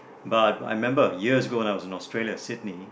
but I remember years ago when I was in Australia Sydney